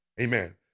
Amen